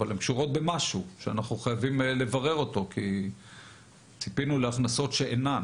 אבל הן קשורות במשהו שאנחנו חייבים לברר אותו כי ציפינו להכנסות שאינן.